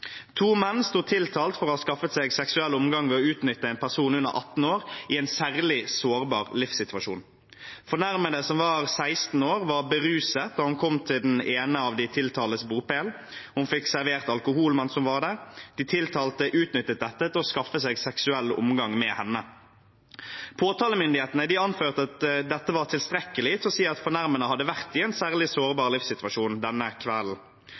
To menn sto tiltalt for å ha skaffet seg seksuell omgang ved å utnytte en person under 18 år i en særlig sårbar livssituasjon. Fornærmede, som var 16 år, var beruset da hun kom til den ene av de tiltaltes bopel. Hun fikk servert alkohol mens hun var der. De tiltalte utnyttet dette til å skaffe seg seksuell omgang med henne. Påtalemyndighetene anførte at dette var tilstrekkelig til å si at fornærmede hadde vært i en særlig sårbar livssituasjon denne